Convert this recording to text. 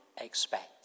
expect